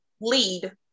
lead